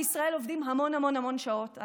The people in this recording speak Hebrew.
בישראל עובדים המון המון המון שעות,